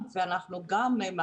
גם בעל פה וגם בכתב,